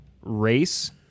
race